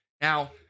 now